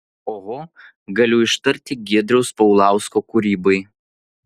oho galiu ištarti giedriaus paulausko kūrybai